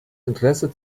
interesse